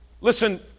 Listen